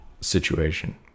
situation